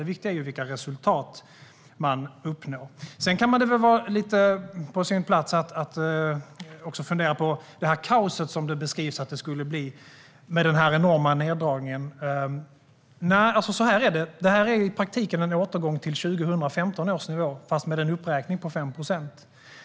Det viktiga är vilka resultat man uppnår. Det kan väl vara på sin plats att också fundera på kaoset som Matilda Ernkrans beskriver att det skulle bli med den enorma neddragningen. Så här är det: Det här är i praktiken en återgång till 2015 års nivå men med en uppräkning på 5 procent.